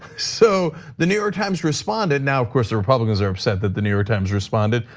so the new york times responded. now of course the republicans are upset that the new york times responded.